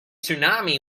tsunami